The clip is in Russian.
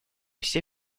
все